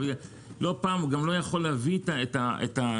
לא פעם הוא גם לא יכול להביא יותר מדי